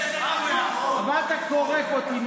מלכיאלי, מה אתה כורך אותי?